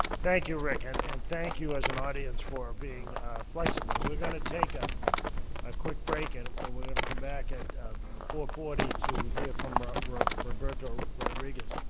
thank you, rick. and and thank you, as an audience, for being flexible. we're going to take a quick break, and we're we're going to come back at four forty to hear from roberto rodriguez.